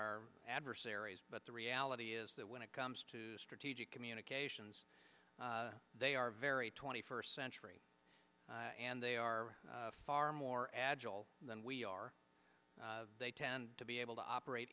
our adversaries but the reality is that when it comes to strategic communications they are very twenty first century and they are far more agile than we are they tend to be able to operate